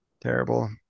Terrible